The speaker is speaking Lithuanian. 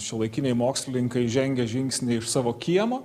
šiuolaikiniai mokslininkai žengia žingsnį iš savo kiemo